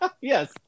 Yes